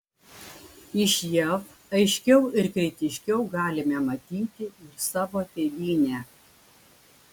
iš jav aiškiau ir kritiškiau galime matyti ir savo tėvynę